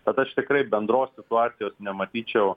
tad aš tikrai bendros situacijos nematyčiau